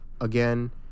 again